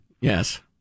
Yes